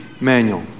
manual